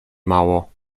mało